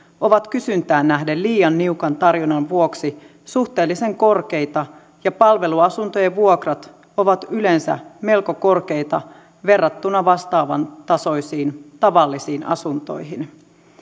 ovat kysyntään nähden liian niukan tarjonnan vuoksi suhteellisen korkeita ja palveluasuntojen vuokrat ovat yleensä melko korkeita verrattuna vastaavan tasoisiin tavallisiin asuntoihin